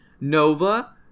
Nova